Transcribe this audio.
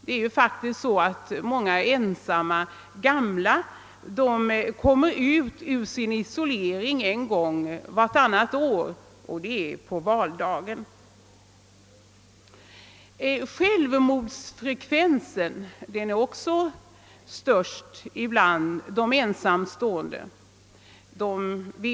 Det är faktiskt så, att många ensamma gamla kommer ut ur sin isolering endast en gång vartannat år, och det är på valdagen. Självmordsfrekvensen är också störst bland de ensamstående.